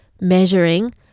measuring